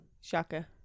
shaka